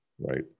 Right